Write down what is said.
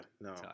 no